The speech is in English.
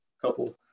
couple